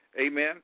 Amen